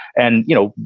and, you know,